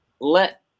let –